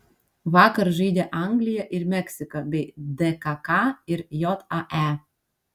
vakar žaidė anglija ir meksika bei dkk ir jae